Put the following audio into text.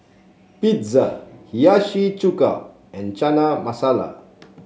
Pizza Hiyashi Chuka and Chana Masala